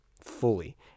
fully